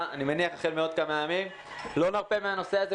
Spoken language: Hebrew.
אני מניח החל מעוד כמה ימים לא נרפה מן הנושא הזה,